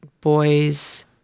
boys